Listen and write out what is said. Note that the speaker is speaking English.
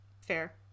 Fair